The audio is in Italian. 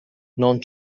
non